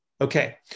Okay